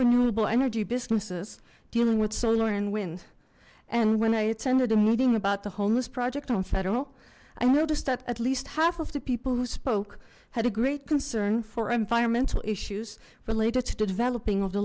renewable energy businesses dealing with solar and wind and when i attended a meeting about the homeless project on federal i noticed that at least half of the people who spoke had a great concern for environmental issues related to developing of the